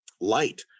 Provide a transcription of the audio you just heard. light